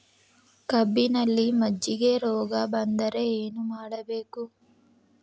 ಕಬ್ಬಿನಲ್ಲಿ ಮಜ್ಜಿಗೆ ರೋಗ ಬಂದರೆ ಏನು ಮಾಡಬೇಕು?